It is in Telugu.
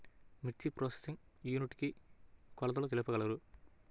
మిర్చి ప్రోసెసింగ్ యూనిట్ కి కొలతలు తెలుపగలరు?